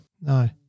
No